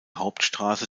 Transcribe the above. hauptstraße